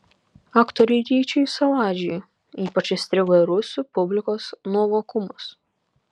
aktoriui ryčiui saladžiui ypač įstrigo rusų publikos nuovokumas